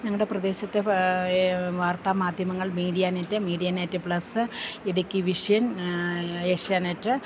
ഞങ്ങളുടെ പ്രദേശത്തെ വാർത്താ മാധ്യമങ്ങൾ media net media net plus Idukki vision Asianet